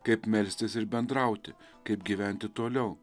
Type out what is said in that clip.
kaip melstis ir bendrauti kaip gyventi toliau